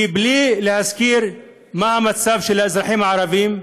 כי בלי להזכיר מה המצב של האזרחים הערבים,